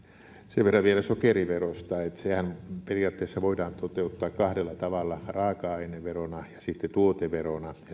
sen verran vielä sokeriverosta että sehän periaatteessa voidaan toteuttaa kahdella tavalla raaka aineverona ja sitten tuoteverona